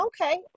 okay